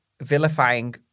vilifying